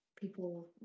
people